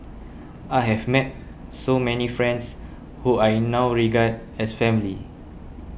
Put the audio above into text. I have met so many friends who I now regard as family